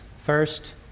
First